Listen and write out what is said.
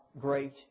great